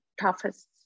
toughest